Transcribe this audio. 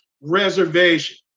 reservation